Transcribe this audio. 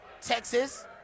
Texas